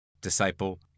Disciple